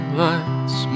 lights